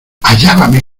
hallábame